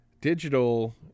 digital